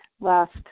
last